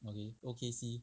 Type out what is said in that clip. okay okay see